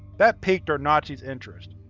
that piqued our nazi's interest.